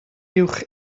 uwch